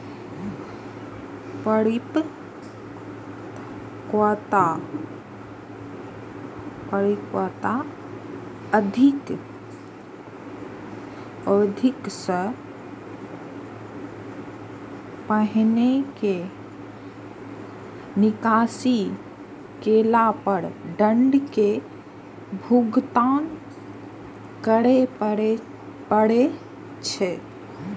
परिपक्वता अवधि सं पहिने निकासी केला पर दंड के भुगतान करय पड़ै छै